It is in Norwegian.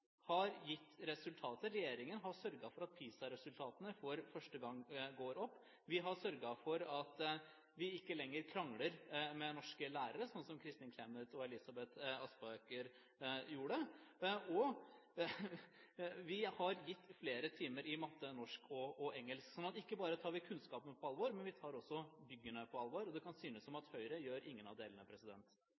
har gitt resultater – regjeringen har sørget for at PISA-resultatene for første gang går opp. Vi har sørget for at vi ikke lenger krangler med norske lærere sånn som Kristin Clemet og Elisabeth Aspaker gjorde, og vi har gitt flere timer i matte, norsk og engelsk. Ikke bare tar vi kunnskap på alvor, vi tar også byggene på alvor. Det kan synes som at Høyre ikke gjør noen av delene.